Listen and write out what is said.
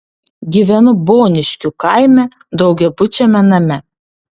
gyvenu boniškių kaime daugiabučiame name